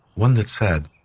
one that said,